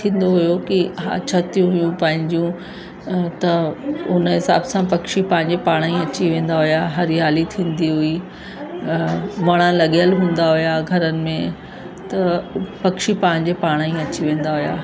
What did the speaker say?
थींदो हुओ कि हा छतियूं हुयूं पंहिंजूं त हुन हिसाब सां पखी पंहिंजे पाणेई अची वेंदा हुआ हरियाली थींदी हुई वण लॻियल हूंदा हुआ घरनि में त पखी पंहिंजे पाणेई अची वेंदा हुआ